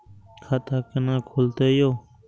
खाता केना खुलतै यो